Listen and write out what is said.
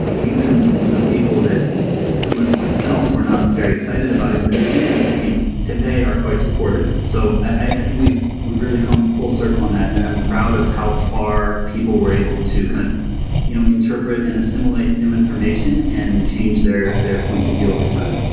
even you know people that similar to myself were not very excited about in the beginning i think today are quite supportive. so i think we've really come full circle on that and i'm proud of how far people were able to kind of you know interpret and assimilate new information and change their their points of view over time.